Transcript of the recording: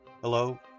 Hello